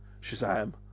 Shazam